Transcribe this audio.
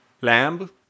lamb